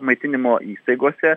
maitinimo įstaigose